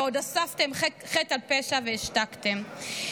ועוד הוספתם חטא על פשע והשתקתם.